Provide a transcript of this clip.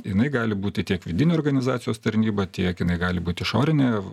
jinai gali būti tiek vidinių organizacijos tarnyba tiek jinai gali būti išorinė